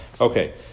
okay